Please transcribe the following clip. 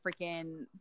freaking